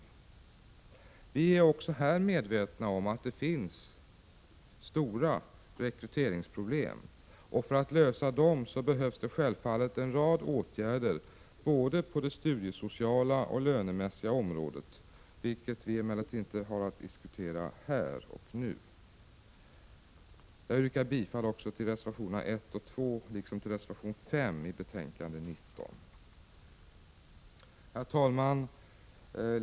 Vi är medvetna om att det också när det gäller denna utbildning finns stora rekryteringsproblem och för att lösa dem behövs det självfallet en rad åtgärder på både det studiesociala och lönemässiga området, vilket vi emellertid inte har att diskutera här. Jag yrkar bifall till reservationerna 1 och 2 liksom till reservation 5 i betänkande 19. Herr talman!